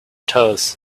toes